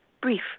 brief